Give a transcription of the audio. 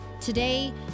Today